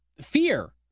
fear